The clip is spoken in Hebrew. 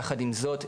יחד עם זאת,